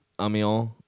Amiens